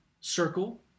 circle